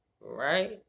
right